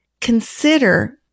consider